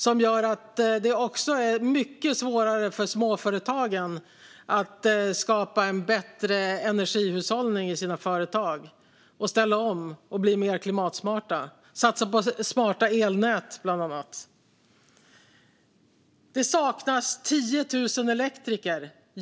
Det gör det också mycket svårare för småföretagen att skapa en bättre energihushållning i sina företag och att ställa om och bli mer klimatsmarta. Det handlar bland annat om att satsa på smarta elnät. Ja, det saknas 10 000 elektriker.